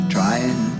Trying